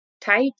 type